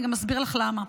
אני גם אסביר לך למה.